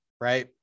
right